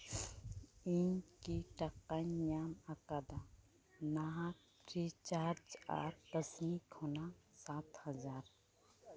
ᱤᱧᱠᱤ ᱴᱟᱠᱟᱧ ᱧᱟᱢ ᱟᱠᱟᱫᱟ ᱱᱟᱦᱟᱜ ᱨᱤᱪᱟᱨᱡ ᱟᱨ ᱠᱟᱹᱥᱤ ᱠᱷᱚᱱᱟᱜ ᱥᱟᱛ ᱦᱟᱡᱟᱨ